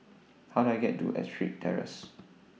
How Do I get to Ettrick Terrace